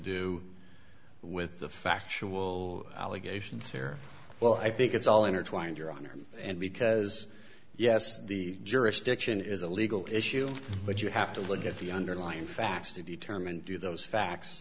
do with the factual allegations here well i think it's all intertwined your honor and because yes the jurisdiction is a legal issue but you have to look at the underlying facts to determine do those facts